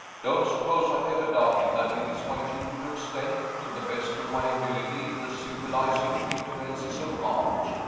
don't suppose i ever doubted that it is my duty to extend, to the best of my ability, the civilizing influences of art.